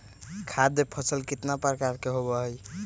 खाद्य फसल कितना प्रकार के होबा हई?